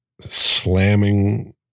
slamming